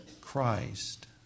Christ